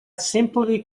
simply